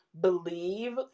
believe